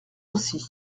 aussi